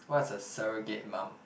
what's a surrogate mum